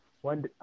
one